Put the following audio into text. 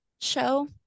show